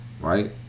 right